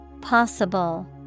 Possible